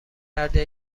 کرده